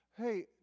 Hey